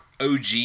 OG